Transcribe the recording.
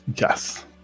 Yes